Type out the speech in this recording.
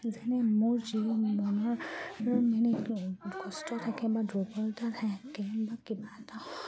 যেনে মোৰ যি মনৰ মানে কষ্ট থাকে বা দুৰ্বলতা থাকে বা কিবা এটা